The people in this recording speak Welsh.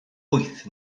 wyth